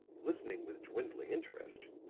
listening with dwindling interest,